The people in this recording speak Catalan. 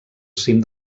cim